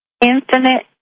infinite